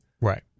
Right